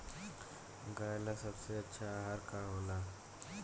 गाय ला सबसे अच्छा आहार का होला?